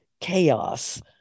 chaos